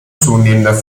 zunehmender